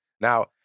Now